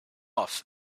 off